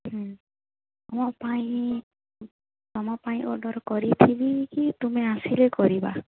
ହୁଁ ମୋ ପାଇଁ ତୁମ ପାଇଁ ଅର୍ଡର୍ କରିଥିବି କି ତୁମେ ଆସିଲେ କରିବା